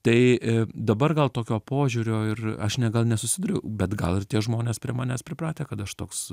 tai dabar gal tokio požiūrio ir aš ne gal nesusidūriu bet gal ir tie žmonės prie manęs pripratę kad aš toks